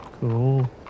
Cool